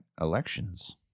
elections